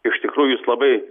iš tikrųjų jūs labai